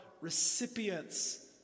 recipients